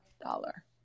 dollar